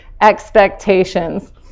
expectations